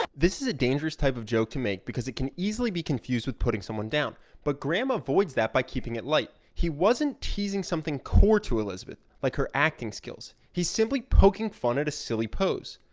this is a dangerous type of joke to make because it can easily be confused with putting someone down. but graham avoids that by keeping it light. he wasn't teasing something core to elizabeth like her acting skills he's simply poking fun at a silly pose.